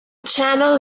channel